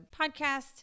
podcast